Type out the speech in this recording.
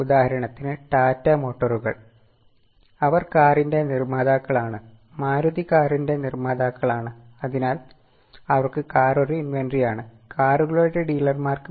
ഉദാഹരണത്തിന് ടാറ്റ മോട്ടോറുകൾ അവർ കാറിന്റെ നിർമ്മാതാക്കളാണ് മാരുതി കാറിന്റെ നിർമ്മാതാക്കളാണ് അതിനാൽ അവർക്ക് കാർ ഒരു ഇൻവെന്ററിയാണ് കാറുകളുടെ ഡീലർമാർക്ക്